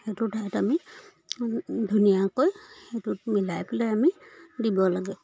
সেইটো তাত আমি ধুনীয়াকৈ সেইটোত মিলাই পেলাই আমি দিব লাগে